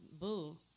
boo